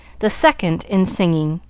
the second in singing,